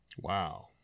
Wow